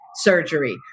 surgery